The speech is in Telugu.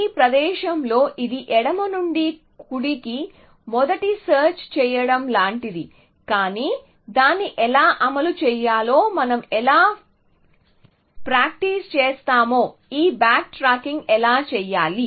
ఈ ప్రదేశంలో ఇది ఎడమ నుండి కుడికి మొదటి సెర్చ్ చేయడం లాంటిది కానీ దీన్ని ఎలా అమలు చేయాలో మనం ఎలా ప్రాక్టీస్ చేస్తామో ఈ బ్యాక్ ట్రకింగ్ ఎలా చేయాలి